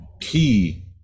key